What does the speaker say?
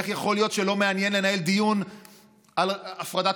איך יכול להיות שלא מעניין לנהל דיון על הפרדת